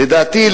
לדעתי,